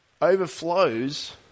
overflows